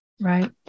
Right